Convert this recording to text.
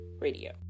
Radio